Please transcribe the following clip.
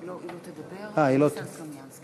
אה, היא לא תדבר, אוקיי.